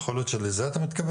יכול להיות שלזה אתה מתכוון?